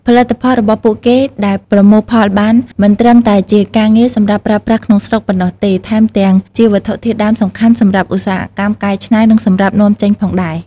ផលិតផលរបស់ពួកគេដែលប្រមូលផលបាន មិនត្រឹមតែជាអាហារសម្រាប់ប្រើប្រាស់ក្នុងស្រុកប៉ុណ្ណោះទេ ថែមទាំងជាវត្ថុធាតុដើមសំខាន់សម្រាប់ឧស្សាហកម្មកែច្នៃ និងសម្រាប់នាំចេញផងដែរ។